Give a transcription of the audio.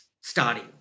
starting